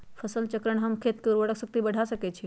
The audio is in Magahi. फसल चक्रण से हम खेत के उर्वरक शक्ति बढ़ा सकैछि?